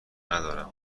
ندارم